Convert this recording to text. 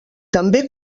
també